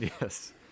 yes